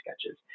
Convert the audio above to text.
sketches